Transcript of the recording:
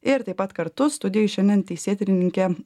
ir taip pat kartu studijoj šiandien teisėtyrininkė